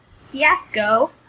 Fiasco